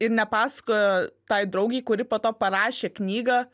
ir nepasakojo tai draugei kuri po to parašė knygą